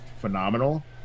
phenomenal